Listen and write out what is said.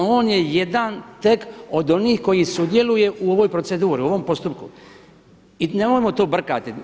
On je jedan tek od onih koji sudjeluje u ovoj proceduri, u ovom postupku i nemojmo to brkati.